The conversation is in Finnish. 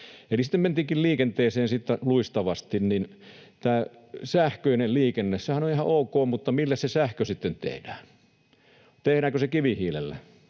sitten mentiinkin liikenteeseen siitä luistavasti: Tämä sähköinen liikennehän on ihan ok, mutta millä se sähkö sitten tehdään? Tehdäänkö se kivihiilellä